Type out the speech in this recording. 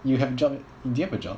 you have job do you have a job